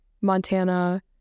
Montana